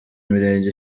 mirenge